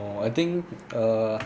orh I think err